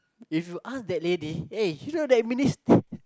if you ask that lady eh you know that means